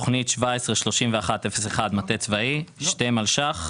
תוכנית 17-31-01, מטה צבאי, 2 מיליון שקלים.